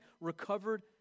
recovered